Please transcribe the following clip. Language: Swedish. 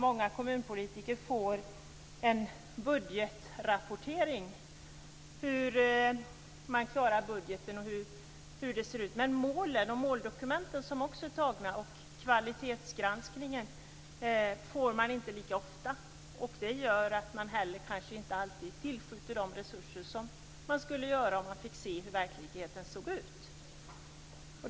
Många kommunpolitiker får en budgetrapportering, men utvärdering av antagna måldokument och kvalitetsgranskning får de inte ta del av lika ofta. Det kan göra att de inte alltid tillskjuter de resurser som de skulle göra om de fick se hur verkligheten såg ut.